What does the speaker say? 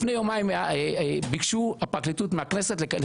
לפני יומיים הפרקליטות ביקשה מהכנסת לקבל